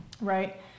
Right